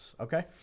Okay